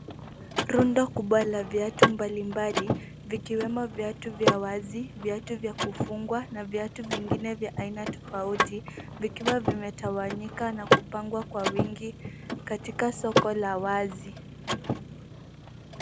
Rundo kubwa la viatu mbalimbali vikiwemo viatu vya wazi, viatu vya kifungwa na viatu vingine vya aina tofauti vikiwa vimetawanyika na kupangwa kwa wingi katika soko la wazi.